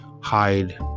hide